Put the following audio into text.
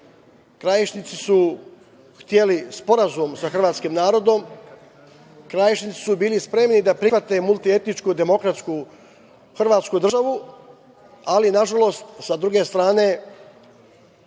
Krajišnici su hteli sporazum sa hrvatskim narodom. Krajišnici su bili spremni da prihvate multietničku demokratsku hrvatsku državu, ali nažalost, sa druge strane,